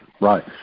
right